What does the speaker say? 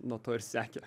nuo to ir sekė